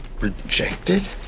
Rejected